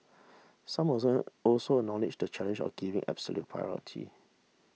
some also acknowledged the challenge of giving absolute priority